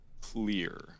clear